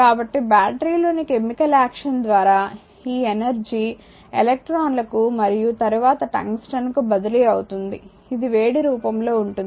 కాబట్టి బ్యాటరీలోని chemical action ద్వారా ఈ ఎనర్జీ ఎలక్ట్రాన్ల కు మరియు తరువాత టంగ్స్టన్ కు బదిలీ అవుతుంది ఇది వేడి రూపంలో ఉంటుంది